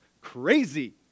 crazy